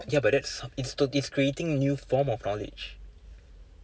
yeah but that's it's tot~ it's creating new form of knowledge